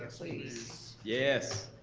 please. yes.